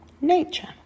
nature